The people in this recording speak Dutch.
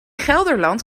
gelderland